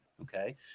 Okay